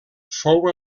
fou